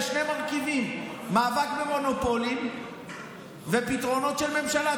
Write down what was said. יש שני מרכיבים: מאבק במונופולים ופתרונות של ממשלה,